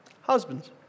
Husbands